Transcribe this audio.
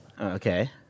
Okay